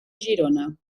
girona